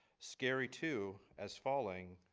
scary to as falling,